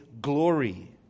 glory